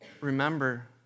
remember